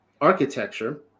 architecture